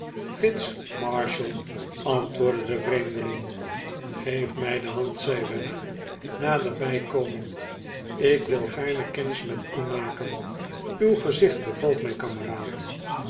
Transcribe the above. fitz marshall antwoordde de vreemde ling geef mij de hand zei weller naderbij komend ik wil gaarne kennis met u maken uw gezicht bevalt mij